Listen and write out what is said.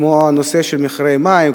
כמו הנושא של מחירי המים,